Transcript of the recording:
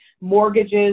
mortgages